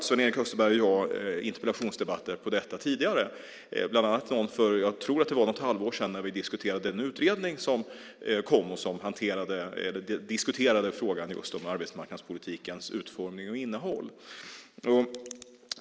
Sven-Erik Österberg och jag har haft interpellationsdebatter om detta tidigare, bland annat för något halvår sedan då vi diskuterade en utredning som just hade kommit och som behandlade arbetsmarknadspolitikens utformning och innehåll.